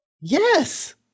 yes